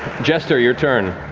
jester, your turn.